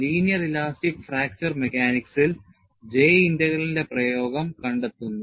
linear elastic fracture മെക്കാനിക്സിൽ J integral ഇന്റെ പ്രയോഗം കണ്ടെത്തുന്നു